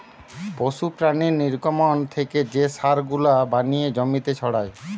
পশু প্রাণীর নির্গমন থেকে যে সার গুলা বানিয়ে জমিতে ছড়ায়